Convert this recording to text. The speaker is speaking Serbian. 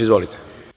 Izvolite.